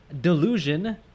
delusion